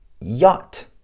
yacht